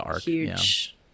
huge